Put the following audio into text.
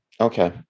Okay